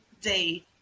day